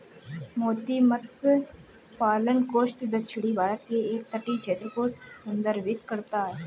मोती मत्स्य पालन कोस्ट दक्षिणी भारत के एक तटीय क्षेत्र को संदर्भित करता है